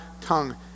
tongue